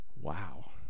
Wow